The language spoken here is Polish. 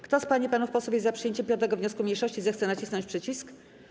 Kto z pań i panów posłów jest za przyjęciem 5. wniosku mniejszości, zechce nacisnąć przycisk.